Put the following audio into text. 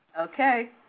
Okay